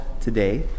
today